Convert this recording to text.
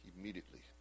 immediately